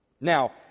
Now